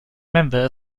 member